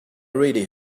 really